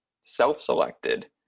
self-selected